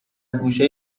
گوشه